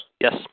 Yes